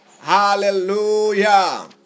hallelujah